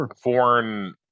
foreign